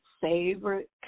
favorite